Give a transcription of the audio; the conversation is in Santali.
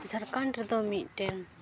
ᱡᱷᱟᱲᱠᱷᱚᱸᱰ ᱨᱮᱫᱚ ᱢᱤᱫᱴᱮᱱ